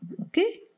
Okay